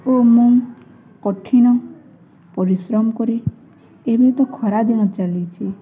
ଓ ମୁଁ କଠିନ ପରିଶ୍ରମ କରେ ଏବେ ତ ଖରାଦିନ ଚାଲିଛି